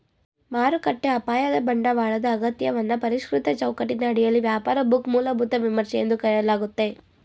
ಮಾರುಕಟ್ಟೆ ಅಪಾಯದ ಬಂಡವಾಳದ ಅಗತ್ಯವನ್ನ ಪರಿಷ್ಕೃತ ಚೌಕಟ್ಟಿನ ಅಡಿಯಲ್ಲಿ ವ್ಯಾಪಾರ ಬುಕ್ ಮೂಲಭೂತ ವಿಮರ್ಶೆ ಎಂದು ಕರೆಯಲಾಗುತ್ತೆ